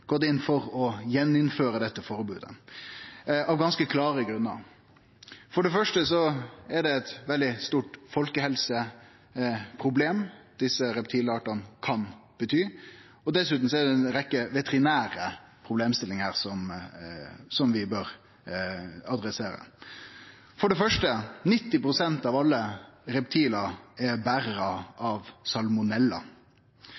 inn for å gjeninnføre dette forbodet av ganske klare grunnar. For det første kan desse reptilartane innebere eit veldig stort folkehelseproblem, og dessutan er det ei rekkje veterinære problemstillingar her som vi bør adressere. For det første: 90 pst. av alle reptil er berarar